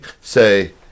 say